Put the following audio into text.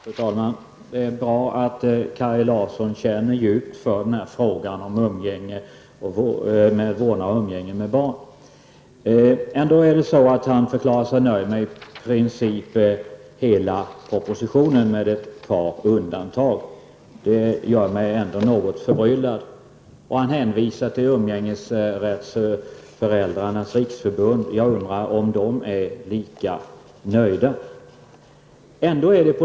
Fru talman! Det är bra att Kaj Larsson känner djupt för frågan om umgängesrätt och vårdnad av barn. Ändå förklarar han sig vara nöjd med i princip hela propositionen med ett par undantag. Det gör mig något förbryllad. Han hänvisar till Umgängesrätts-Föräldrarnas riksförbund. Jag undrar om förbundet är lika nöjt.